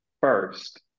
first